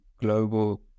global